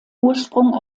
ursprung